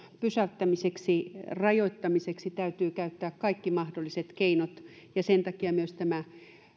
pysäyttämiseksi rajoittamiseksi täytyy käyttää kaikki mahdolliset keinot ja sen takia myös tämä